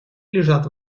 лежат